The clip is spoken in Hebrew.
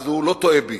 אז הוא לא טועה בי: